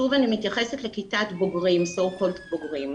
שוב אני מתייחסת לכיתת בוגרים, so called בוגרים.